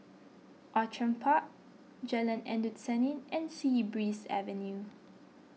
Outram Park Jalan Endut Senin and Sea Breeze Avenue